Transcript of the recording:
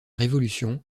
révolution